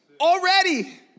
Already